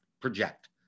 project